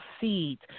seeds